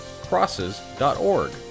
crosses.org